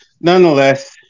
nonetheless